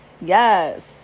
Yes